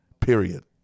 period